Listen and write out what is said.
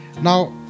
Now